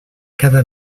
cada